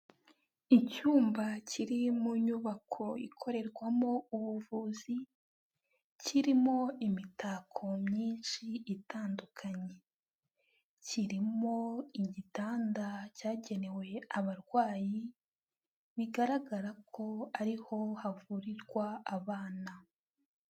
Icyumba kiri mu nyubako ikorerwamo ubuvuzi, kirimo imitako myinshi itandukanye, kirimo igitanda cyagenewe abarwayi, bigaragara ko ari ho havurirwa abana.